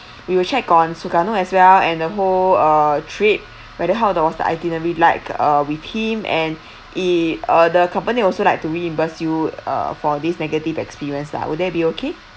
we will check on Sukarno as well and uh whole uh trip whether how the was the itinerary like uh with him and it uh the company also like to reimburse you uh for this negative experience lah would that be okay